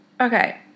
Okay